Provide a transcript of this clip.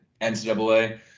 NCAA